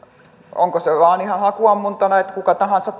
onko se vain ihan hakuammuntana että kuka tahansa